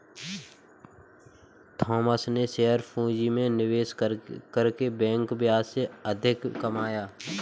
Thomas ने share पूंजी में निवेश करके बैंक ब्याज से अधिक कमाया